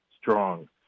strong